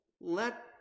let